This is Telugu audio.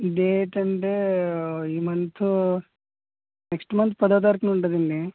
డేట్ అంటే ఈ మంతు నెక్స్ట్ మంత్ పదో తారీఖున ఉంటుందండి